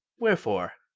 wherefore?